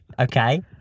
okay